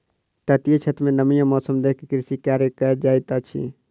तटीय क्षेत्र में नमी आ मौसम देख के कृषि कार्य कयल जाइत अछि